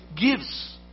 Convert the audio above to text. gives